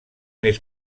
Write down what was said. més